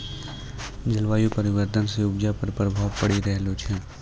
जलवायु परिवर्तन से उपजा पर प्रभाव पड़ी रहलो छै